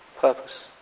Purpose